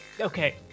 Okay